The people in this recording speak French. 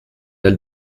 elle